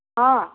ହଁ